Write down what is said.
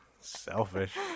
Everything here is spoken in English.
selfish